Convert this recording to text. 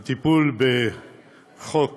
הטיפול בחוק